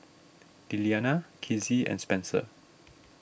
Lilliana Kizzie and Spencer